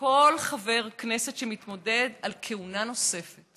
לקבוע לכל חבר כנסת שמתמודד על כהונה נוספת